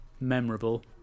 memorable